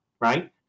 Right